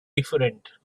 different